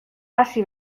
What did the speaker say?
hasi